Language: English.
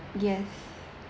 yes